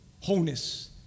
wholeness